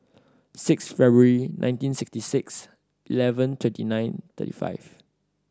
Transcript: sixth February nineteen sixty six eleven twenty nine thirty five